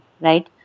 right